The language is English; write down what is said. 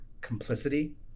complicity